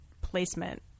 placement